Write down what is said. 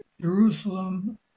Jerusalem